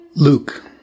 Luke